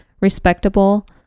respectable